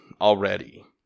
already